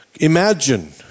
Imagine